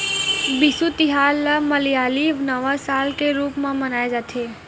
बिसु तिहार ल मलयाली नवा साल के रूप म मनाए जाथे